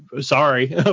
sorry